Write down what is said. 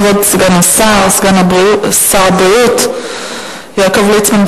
כבוד סגן שר הבריאות יעקב ליצמן,